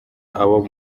abo